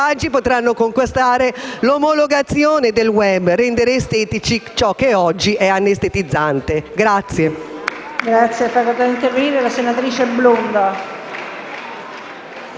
potranno contrastare l'omologazione del *web* e rendere estetico ciò che oggi è anestetizzante.